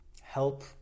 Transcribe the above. help